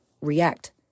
react